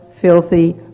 filthy